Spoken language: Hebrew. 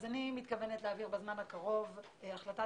אני מתכוונת להעביר בזמן הקרוב החלטת